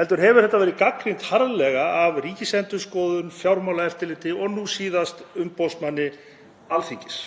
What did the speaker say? heldur hefur þetta verið gagnrýnt harðlega af Ríkisendurskoðun, Fjármálaeftirliti og nú síðast umboðsmanni Alþingis.